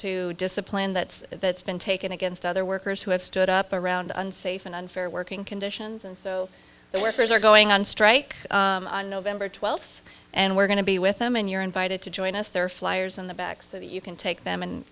to discipline that's that's been taken against other workers who have stood up around unsafe and unfair working conditions and so the workers are going on strike on november twelfth and we're going to be with them and you're invited to join us there flyers on the back so that you can take them